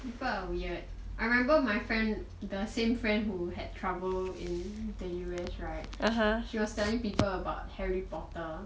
people are weird I remember my friend the same friend who had trouble in the U_S right she was telling people about harry potter